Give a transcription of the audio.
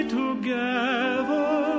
together